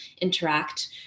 interact